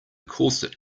corset